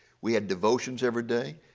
we had devotions every day.